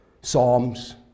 Psalms